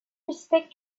respect